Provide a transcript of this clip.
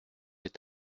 est